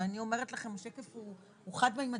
ואני אומרת לכם, השקף הוא חד ממדי.